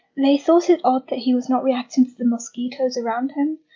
they thought it odd that he was not reacting to the mosquitos around him,